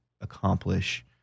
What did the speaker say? accomplish